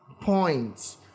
points